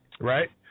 right